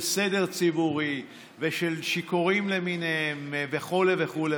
סדר ציבורי ושל שיכורים למיניהם וכו'.